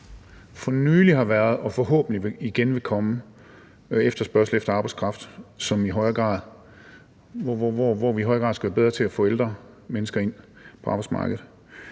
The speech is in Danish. for nylig har været og forhåbentlig igen vil komme efterspørgsel efter arbejdskraft, og hvor vi i højere grad skal være bedre til at få ældre mennesker ind på arbejdsmarkedet.